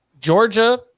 Georgia